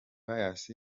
pius